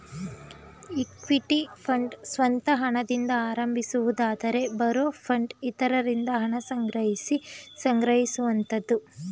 equity fund ಸ್ವಂತ ಹಣದಿಂದ ಆರಂಭಿಸುವುದಾದರೆ ಬಾರೋ ಫಂಡ್ ಇತರರಿಂದ ಹಣ ಸಂಗ್ರಹಿಸಿ ಸಂಗ್ರಹಿಸುವಂತದ್ದು